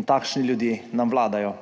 In takšni ljudje nam vladajo.